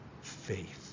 faith